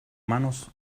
manos